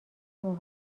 مهم